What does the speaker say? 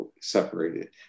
separated